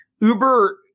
Uber